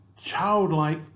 childlike